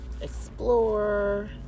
explore